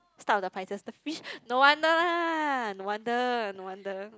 start of the Pisces the fish no wonder lah no wonder no wonder